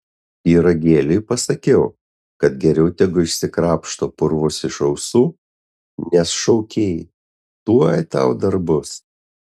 pyragėliui pasakiau kad geriau tegu išsikrapšto purvus iš ausų nes šaukei tuoj tau dar bus